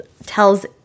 Tells